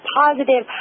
positive